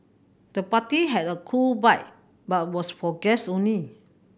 the party had a cool vibe but was for guests only